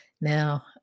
now